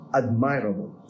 admirable